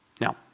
Now